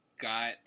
got